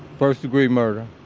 first degree murder.